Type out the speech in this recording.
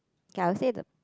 K I would say the